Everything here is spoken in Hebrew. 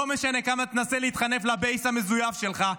לא משנה כמה תנסה להתחנף לבייס המזויף שלך,